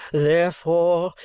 therefore,